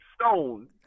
stone